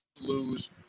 lose